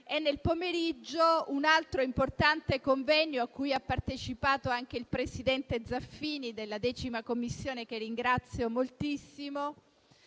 nel pomeriggio, si è svolto un importante convegno, a cui ha partecipato anche il presidente Zaffini della 10a Commissione, che ringrazio moltissimo,